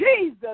Jesus